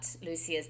Lucia's